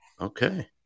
Okay